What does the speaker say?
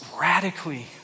radically